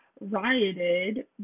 rioted